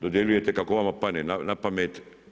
Dodjeljujete kako vama pane na pamet.